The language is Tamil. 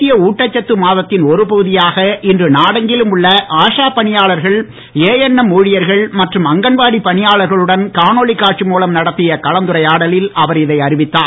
தேசிய ஊட்டச்சத்து மாதத்தின் ஒரு பகுதியாக இன்று நாடெங்கிலும் உள்ள ஆஷா பணியாளர்கள் ஏஎன்எம் ஊழியர்கள் மற்றும் அங்கன்வாடி பணியாளர்களுடன் காணொளி காட்சி மூலம் நடத்திய கலந்துரையாடலில் அவர் இதை அறிவித்தார்